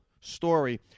story